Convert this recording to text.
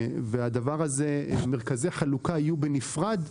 מרכזי חלוקה יהיו בנפרד.